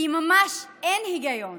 כי ממש אין היגיון